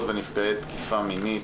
לנפגעות ונפגעי תקיפה מינית.